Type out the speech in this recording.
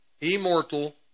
immortal